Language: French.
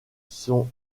sont